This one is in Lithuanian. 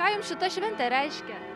ką jum šita šventė reiškia